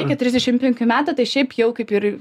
iki trisdešim penkių metų tai šiaip jau kaip ir